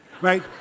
Right